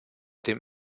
dem